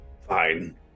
Fine